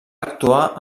actuar